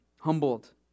humbled